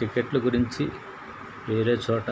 టికెట్ల గురించి వేరే చోట